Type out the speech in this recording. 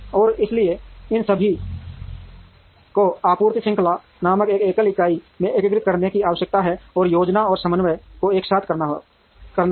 और इसलिए इन सभी को आपूर्ति श्रृंखला नामक एक एकल इकाई में एकीकृत करने की आवश्यकता है और योजना और समन्वय को एक साथ करना है